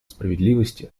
справедливости